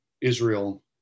Israel